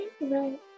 right